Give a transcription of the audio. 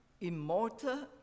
immortal